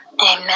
Amen